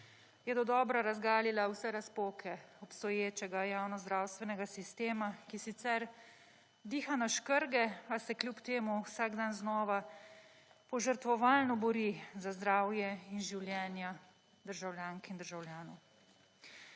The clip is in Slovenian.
je dodobra razgalila vse razpoke obstoječega javnozdravstvenega sistema, ki sicer diha na škrge, a se kljub temu vsak dan znova požrtvovalno bori za zdravje in življenja državljank in državljanov.